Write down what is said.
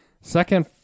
Second